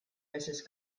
meses